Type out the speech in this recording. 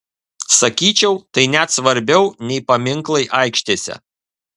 sakyčiau tai net svarbiau nei paminklai aikštėse